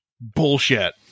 bullshit